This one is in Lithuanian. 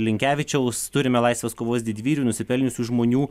linkevičiaus turime laisvės kovos didvyrių nusipelniusių žmonių